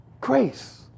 Grace